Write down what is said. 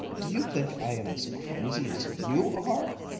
do you think i am as crazy as you are!